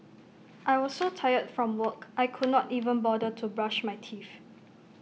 I was so tired from work I could not even bother to brush my teeth